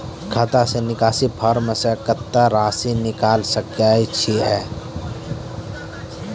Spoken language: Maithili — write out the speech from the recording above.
खाता से निकासी फॉर्म से कत्तेक रासि निकाल सकै छिये?